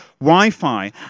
Wi-Fi